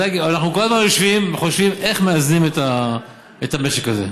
אנחנו כל הזמן יושבים וחושבים איך מאזנים את המשק הזה.